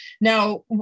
Now